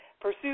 Pursue